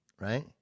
right